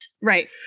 Right